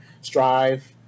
strive